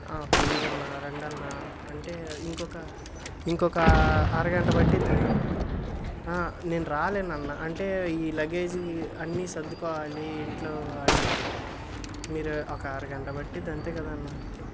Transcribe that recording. please అన్నా రండన్నా అంటే ఇంకొక ఇంకొక అరగంట పట్టిద్ది నేను రాలేనన్న అంటే ఈ లగేజ్ అన్ని సర్దుకోవాలి ఇంట్లో అన్ని మీరు ఒక అరగంట పట్టిదంతే కదన్న